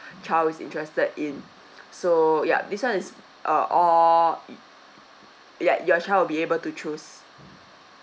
child is interested in so ya this one is uh all yea your child will be able to choose